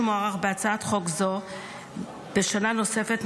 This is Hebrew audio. שמוארך בהצעת חוק זו בשנה נוספת,